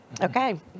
Okay